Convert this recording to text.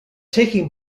taking